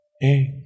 hey